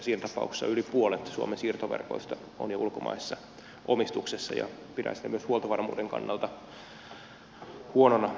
siinä tapauksessa yli puolet suomen siirtoverkoista on jo ulkomaisessa omistuksessa ja pidän sitä myös huoltovarmuuden kannalta huonona asiana